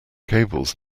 cables